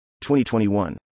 2021